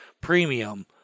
premium